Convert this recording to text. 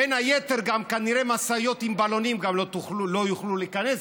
בין היתר גם משאיות עם בלונים לא יוכלו להיכנס,